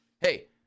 Hey